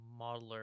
modeler